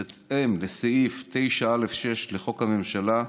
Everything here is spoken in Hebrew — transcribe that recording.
בהתאם לסעיף 9(א)(6) לחוק הממשלה,